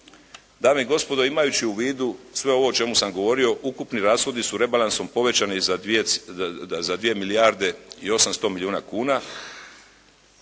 Dame i gospodo imajući u vidu sve ovo o čemu sam govorio, ukupni rashodi su rebalansom povećani za 2 milijarde i 800 milijuna kuna,